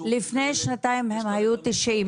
--- לפני שנתיים הם היו 90,